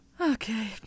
okay